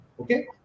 Okay